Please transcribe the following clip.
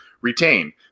retain